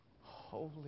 holy